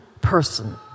person